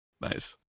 Nice